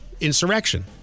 insurrection